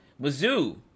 Mizzou